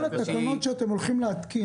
כל התקנות שאתם הולכים להתקין,